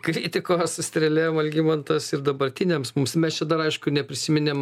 kritikos strėlėm algimantas ir dabartiniams mums mes čia dar aišku neprisiminėm